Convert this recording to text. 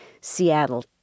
Seattle